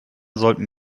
sollten